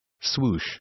swoosh